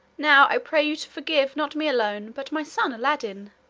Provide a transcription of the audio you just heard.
now i pray you to forgive not me alone, but my son aladdin.